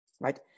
right